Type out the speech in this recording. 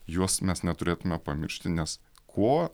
juos mes neturėtume pamiršti nes kuo